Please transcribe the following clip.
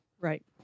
Right